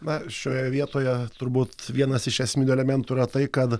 na šioje vietoje turbūt vienas iš esminių elementų yra tai kad